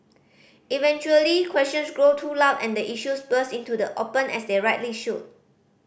eventually questions grow too loud and the issues burst into the open as they rightly should